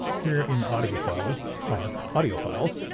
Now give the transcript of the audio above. here in audio files are audio files.